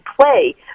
play